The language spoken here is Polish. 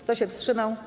Kto się wstrzymał?